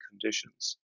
conditions